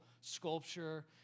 sculpture